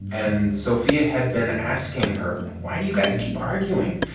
and sophia had been asking her, why do you guys keep arguing?